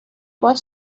باز